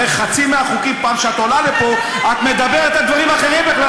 הרי חצי מהחוקים שאת עולה לפה את מדברת על דברים אחרים בכלל,